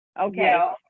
Okay